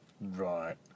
right